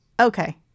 okay